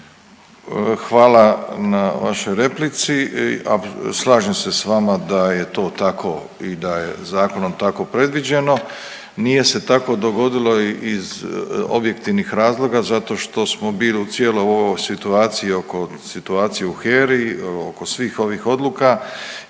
Hvala na vašoj replici, a slažem se s vama da je to tako i da je zakonom tako predviđeno. Nije se tako dogodilo iz objektivnih razloga zato što smo bili u cijeloj ovoj situaciji oko situacije u HERA-i, oko svih ovih odluka